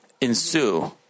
ensue